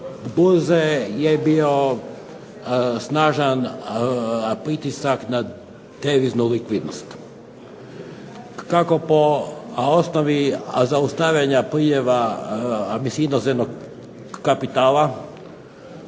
burze je bio snažan pritisak na deviznu likvidnost. Kako po osnovi zaustavljanja priljeva inozemnog kapitala,